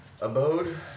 abode